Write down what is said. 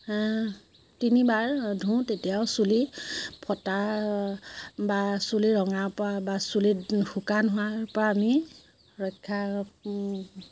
তিনিবাৰ ধোওঁ তেতিয়াও চুলি ফটা বা চুলি ৰঙা পৰা বা চুলি শুকান হোৱাৰ পৰা আমি ৰক্ষা